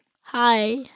Hi